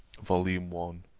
volume one